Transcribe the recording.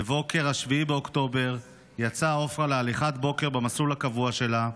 בבוקר 7 באוקטובר יצאה עפרה להליכת בוקר במסלול הקבוע שלה.